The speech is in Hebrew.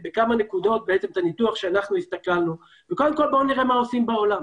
בואו נראה מה עושים בעולם.